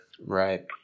Right